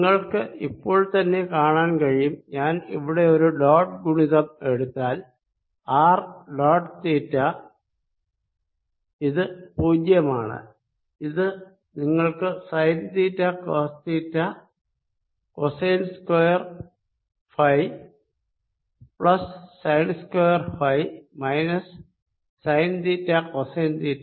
നിങ്ങൾക്ക് ഇപ്പോൾത്തന്നെ കാണാൻ കഴിയും ഞാൻ ഇവിടെ ഒരു ഡോട്ട് ഗണിതം എടുത്താൽ ആർ ഡോട്ട് തീറ്റ ഇത് പൂജ്യമാണ് ഇത് നിങ്ങൾക്ക് sine theta cos theta cosine square phi plus sine square phi minus sine theta cosine തീറ്റ